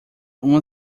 uma